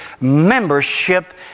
membership